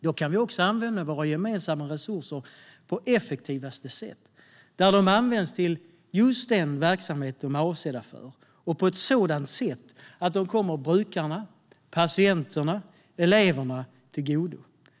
Då kan vi också använda våra gemensamma resurser på effektivaste sätt. Då används de till just den verksamhet de är avsedda för och på ett sådant sätt att de kommer brukarna, patienterna och eleverna till godo.